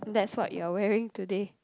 that's what you're wearing today